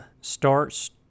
starts